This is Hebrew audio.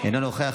אינו נוכח,